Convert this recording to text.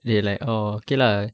they like oh okay lah